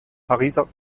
pariser